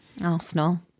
Arsenal